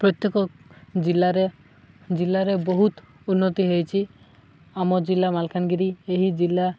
ପ୍ରତ୍ୟେକ ଜିଲ୍ଲାରେ ଜିଲ୍ଲାରେ ବହୁତ ଉନ୍ନତି ହେଇଛି ଆମ ଜିଲ୍ଲା ମାଲକାନଗିରି ଏହି ଜିଲ୍ଲା